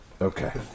Okay